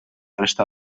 resta